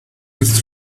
with